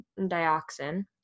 dioxin